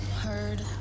heard